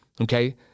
okay